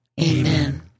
Amen